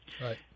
Right